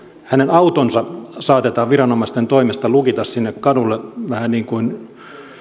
auto saatetaan viranomaisten toimesta lukita sinne kadulle vähän niin kuin